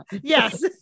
yes